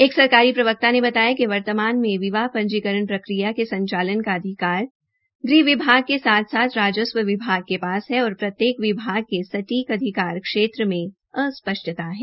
एक सरकारी प्रवक्ता ने बताया कि वर्तमान ने विवाह पंजीकरण प्रक्रिया के संचालन का अधिकार गृह विभाग के साथ साथ राजस्व विभाग के पास है और प्रत्येक विभाग के स्टीक अधिकार क्षेत्र में अस्पष्टपता है